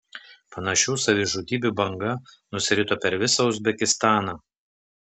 panašių savižudybių banga nusirito per visą uzbekistaną